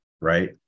right